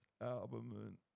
album